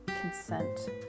consent